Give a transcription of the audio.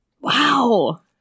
Wow